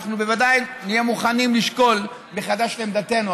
אנחנו בוודאי נהיה מוכנים לשקול מחדש את עמדתנו,